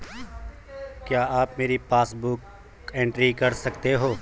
क्या आप मेरी पासबुक बुक एंट्री कर सकते हैं?